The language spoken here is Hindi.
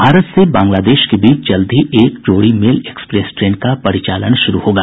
भारत से बांग्लादेश के बीच जल्द ही एक जोड़ी मेल एक्सप्रेस ट्रेन का परिचालन शुरू होगा